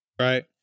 Right